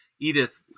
Edith